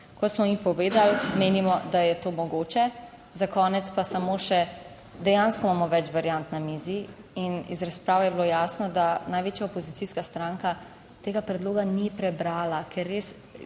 Kot smo mi povedali, menimo, da je to mogoče. Za konec pa samo še, dejansko imamo več variant na mizi. In iz razprav je bilo jasno, da največja opozicijska stranka tega predloga ni prebrala, ker res,